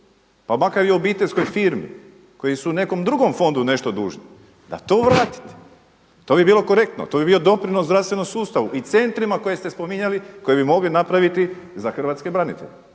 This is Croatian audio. pa makar i u obiteljskoj firmi koji su nekom drugom fondu nešto dužni da to vratite. To bi bilo korektno. To bi bio doprinos zdravstvenom sustavu i centrima koje ste spominjali koje bi mogli napraviti za hrvatske branitelje,